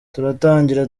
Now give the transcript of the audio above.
turatangira